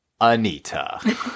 Anita